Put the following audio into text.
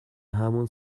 همون